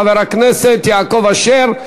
חבר הכנסת יעקב אשר.